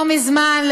לא מזמן,